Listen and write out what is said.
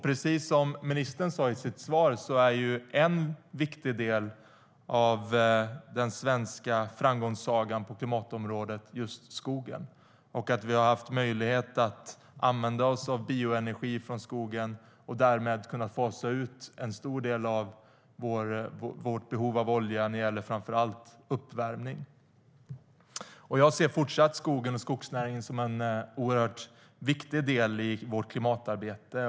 Precis som ministern sa i sitt svar är en viktig del av den svenska framgångssagan på klimatområdet just skogen och att vi har haft möjlighet att använda oss av bioenergi från skogen och därmed fasa ut en stor del av vårt behov av olja till framför allt uppvärmning. Jag ser fortsatt skogen och skogsnäringen som en oerhört viktig del i vårt klimatarbete.